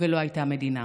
ולא הייתה מדינה.